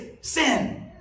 Sin